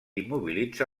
immobilitza